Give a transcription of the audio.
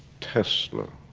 tesla.